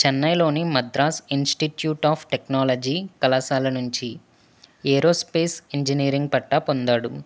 చెన్నైలోని Madras institute of technology కళాశాల నుంచి ఏరోస్పేస్ ఇంజనీరింగ్ పట్టా పొందాడు